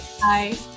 Bye